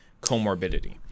comorbidity